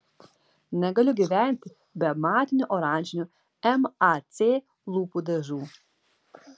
negaliu gyventi be matinių oranžinių mac lūpų dažų